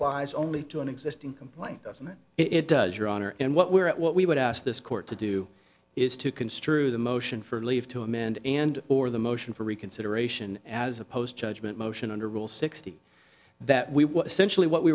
plies only to an existing complaint doesn't it does your honor and what we're at what we would ask this court to do is to construe the motion for leave to amend and or the motion for reconsideration as opposed to judgment motion under rule sixty that we